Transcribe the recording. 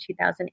2008